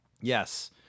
Yes